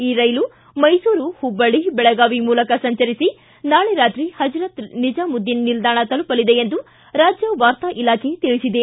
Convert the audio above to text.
ಈ ರೈಲು ಮೈಸೂರು ಮಬ್ಬಳ್ಳಿ ಬೆಳಗಾವಿ ಮೂಲಕ ಸಂಚರಿಸಿ ನಾಳೆ ರಾತ್ರಿ ಪಜರತ್ ನಿಜಾಮುದ್ದೀನ್ ನಿಲ್ದಾಣ ತಲುಪಲಿದೆ ಎಂದು ರಾಜ್ಯ ವಾರ್ತಾ ಇಲಾಖೆ ತಿಳಿಸಿದೆ